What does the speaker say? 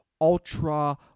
ultra